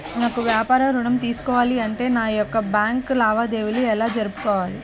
నాకు వ్యాపారం ఋణం తీసుకోవాలి అంటే నా యొక్క బ్యాంకు లావాదేవీలు ఎలా జరుపుకోవాలి?